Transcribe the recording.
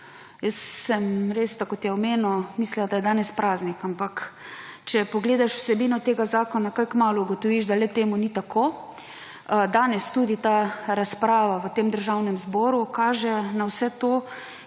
Jaz sem res, kot je omenil, mislila, da je danes praznik, ampak če pogledaš vsebino tega zakona, kaj kmalu ugotoviš, da temu ni tako. Danes tudi ta razprava v tem državnem zboru kaže na vse to